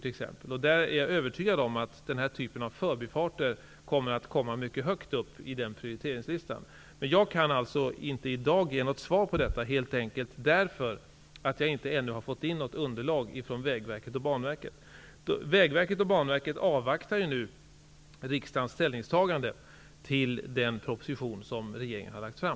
I detta sammanhang är jag övertygad om att denna typ av förbifarter kommer att komma mycket högt upp på prioriteringslistan. Jag kan emellertid i dag inte ge något svar på detta helt enkelt därför att jag ännu inte har fått in något underlag från Vägverket och Banverket. Vägverket och Banverket avvaktar riksdagens ställningstagande till den proposition som regeringen har lagt fram.